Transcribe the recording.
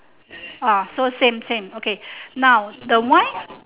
ah so same same okay now the wine